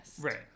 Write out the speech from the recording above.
Right